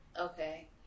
Okay